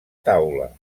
taula